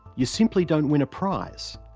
you simply don't win a prize.